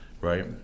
right